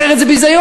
אחרת זה ביזיון.